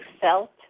felt